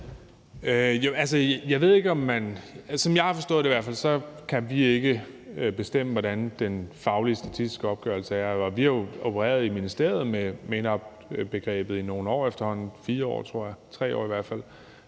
fald har forstået det, kan vi ikke bestemme, hvordan den faglige statistiske opgørelse er, og vi har jo i ministeriet opereret med MENAPT-begrebet i nogle år efterhånden – 4 år, tror jeg, eller i hvert fald